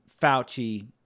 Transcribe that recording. Fauci